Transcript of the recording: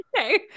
Okay